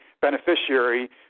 beneficiary